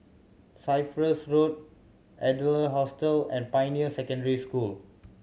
Cyprus Road Adler Hostel and Pioneer Secondary School